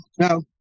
no